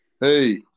Hey